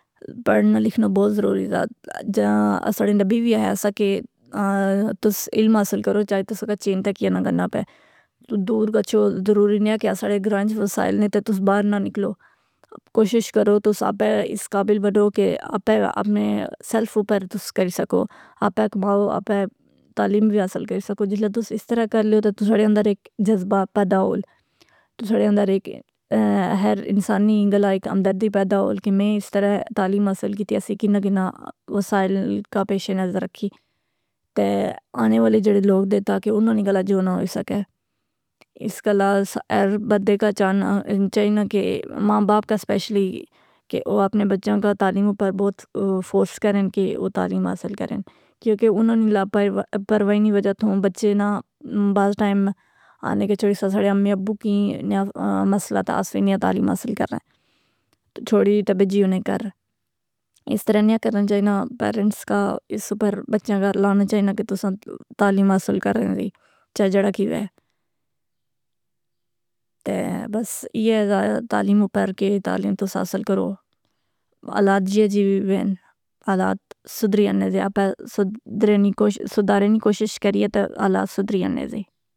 بڑھنا لکھنا بہت ضروری دا۔ جاں اساڑے نبی وی اہیا سا کہ تس علم حاصل کرو چاہے تساں کا چین تک ائینا گننا پے۔ تو دور گچھیو ضروری نیاں کہ اساڑے گراں اچ وسائل نیں تہ تس باہر نہ نکلو۔ کوشش کرو تس آپے اس قابل بنو کہ آپے آپنے سیلف اوپر تس کری سکو۔ آپے کماؤ آپے تعلیم وی حاصل کری سکو۔ جسلے تس اس طرح کر لیا تو تساڑے ندر ایک جذبہ پیدا ہول۔ تساڑے اندر ایک ہر انسانی گلہ ایک ہمندردی پیدا ہول کہ میں اس طرح تعلیم حاصل کیتی اسی۔ کناں کناں وسائل کا پیش نظر رکھی تہ آنے والے جڑے لوگ دے تاکہ اناں نی گلہ جو نہ ہوئی سکے۔ اس گلہ ہر بندے کا چانا چائنا کہ ماں باپ کا سپیشلی کہ او اپنے بچیاں کا تعلیم اوپر بہت فورس کرن کہ او تعلیم حاصل کرن۔ کیونکہ اناں نی لاپروائی نی وجہ توں بچے نا بعض ٹائم آنے کے چھوڑی ساڑے امی ابّو کی نیا مسئلہ تہ اس وی نیا تعلیم حاصل کرے۔ چھوڑی تہ بیجی انے گھر۔ اس طرح نیاں کرنا چائینا، پیرنٹس کا اس اپر بچیاں کا لانا چائینا کہ تساں تعلیم حاصل کرے دی چاہے جڑا کیوئے۔ تہ بس ایے دا تعلیم اوپر کہ تعلیم تس حاصل کرو۔ حالات جیئے جی ویوین حالات سدری ینے دے آپے سدھارنے نی کوشش کریے تہ حالات سدری ینے زے.